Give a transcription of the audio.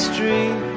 Street